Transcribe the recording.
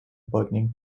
burning